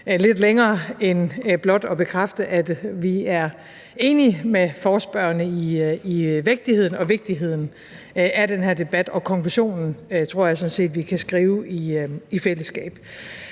lidt længere end blot at bekræfte, at vi er enige med forespørgerne i vægtningen og vigtigheden af den her debat, og konklusionen tror jeg sådan set vi kan skrive i fællesskab.